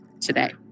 today